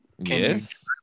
Yes